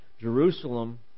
Jerusalem